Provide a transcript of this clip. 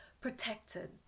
protected